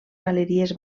galeries